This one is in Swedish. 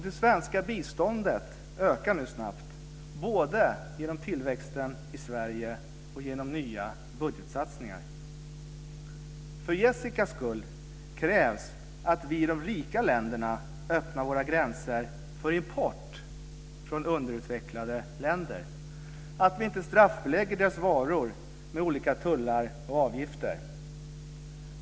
Det svenska biståndet ökar nu snabbt, både genom tillväxten i Sverige och genom nya budgetsatsningar. För Jessicas skull krävs att vi i de rika länderna öppnar våra gränser för import från underutvecklade länder, att vi inte straffbelägger deras varor med olika tullar och avgifter.